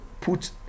put